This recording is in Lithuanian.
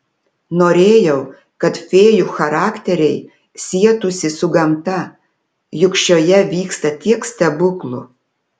norėjau kad fėjų charakteriai sietųsi su gamta juk šioje vyksta tiek stebuklų